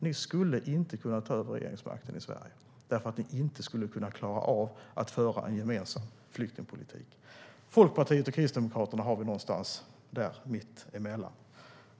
Ni skulle inte kunna ta över regeringsmakten i Sverige, för ni skulle inte klara av att föra en gemensam flyktingpolitik. Liberalerna och Kristdemokraterna står någonstans däremellan.